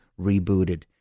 rebooted